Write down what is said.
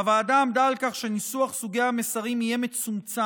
הוועדה עמדה על כך שניסוח סוגי המסרים יצומצם